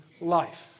life